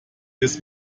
des